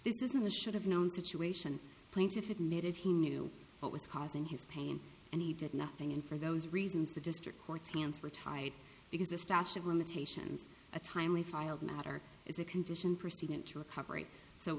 this isn't a should have known situation plaintiff admitted he knew what was causing his pain and he did nothing and for those reasons the district court's hands were tied because the statute of limitations a timely filed matter is a condition precedent to recovery so